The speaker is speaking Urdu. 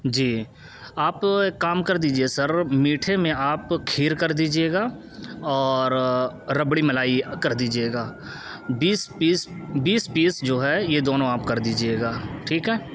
جی آپ ایک کام کر دیجیے سر میٹھے میں آپ کھیر کر دیجیے گا اور ربڑی ملائی کر دیجیے گا بیس پیس بیس پیس جو ہے یہ دونوں آپ کر دیجیے گا ٹھیک ہے